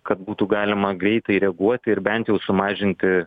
kad būtų galima greitai reaguoti ir bent jau sumažinti